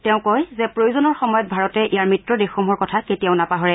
তেওঁ কয় যে প্ৰয়োজনৰ সময়ত ভাৰতে ইয়াৰ মিত্ৰদেশসমূহৰ কথা কেতিয়াও নাপাহৰে